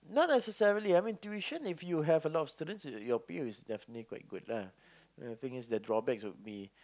not necessarily I mean tuition if you have a lot of students your pay is definitely quite good lah the thing is the drawbacks would be